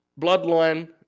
Bloodline